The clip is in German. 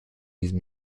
diesem